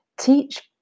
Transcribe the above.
teach